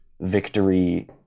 victory